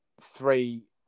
three